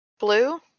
Blue